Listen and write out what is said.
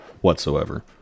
whatsoever